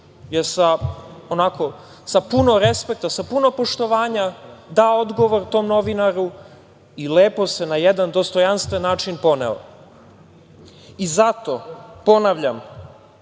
je sa puno respekta, sa puno poštovanja, dao odgovor tom novinaru i lepo se, na jedan dostojanstven način, poneo. Ponavljam,